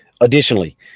Additionally